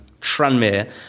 Tranmere